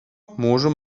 mūžu